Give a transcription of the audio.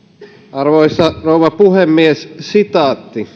arvoisa rouva puhemies